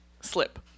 slip